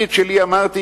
אני את שלי אמרתי,